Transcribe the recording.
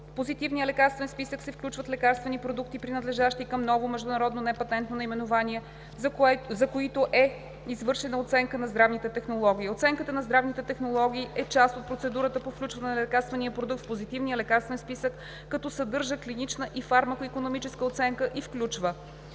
В Позитивния лекарствен списък се включват лекарствени продукти, принадлежащи към ново международно непатентно наименование, за които е извършена оценка на здравните технологии. Оценката на здравните технологии е част от процедурата по включване на лекарствения продукт в Позитивния лекарствен списък, като съдържа клинична и фармако-икономическа оценка и включва:“.